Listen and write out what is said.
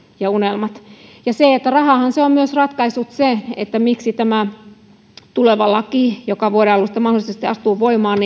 ja unelmat rahahan se on ratkaissut myös sen miksi tämän tulevan lain joka vuoden alusta mahdollisesti astuu voimaan